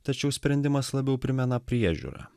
tačiau sprendimas labiau primena priežiūrą